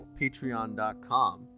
patreon.com